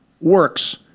works